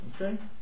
Okay